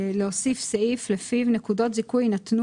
להוסיף סעיף, לפיו נקודות הזיכוי לא יינתנו